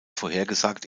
vorhergesagt